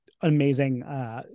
amazing